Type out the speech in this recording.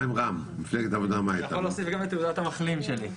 אתה יכול להוסיף גם את תעודת המחלים שלי.